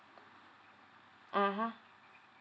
mmhmm